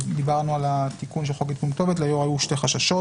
כשדיברנו על התיקון של חוק עדכון כתובת היו ליו"ר שני חששות